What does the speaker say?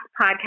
podcast